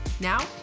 Now